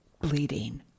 bleeding